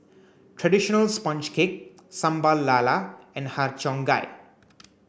traditional sponge cake Sambal Lala and Har Cheong Gai